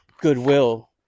goodwill